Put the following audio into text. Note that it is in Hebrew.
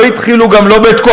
גם לא התחילו,